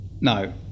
No